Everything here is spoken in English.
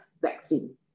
vaccine